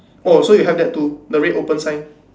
oh so you have that too the red open sign